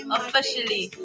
Officially